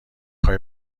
خوای